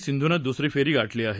सिंधूनं दुसरी फेरी गाठली आहे